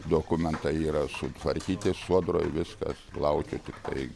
dokumentai yra sutvarkyti sodroj viskas laukiu tiktai